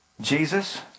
Jesus